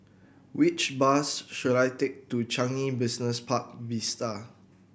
which bus should I take to Changi Business Park Vista